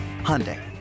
Hyundai